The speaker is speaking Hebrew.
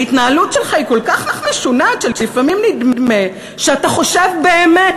ההתנהלות שלך היא כל כך משונה עד שלפעמים נדמה שאתה חושב באמת,